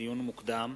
לדיון מוקדם: